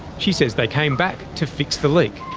she says they came back to fix the leak.